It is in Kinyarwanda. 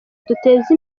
duteza